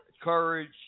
courage